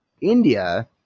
india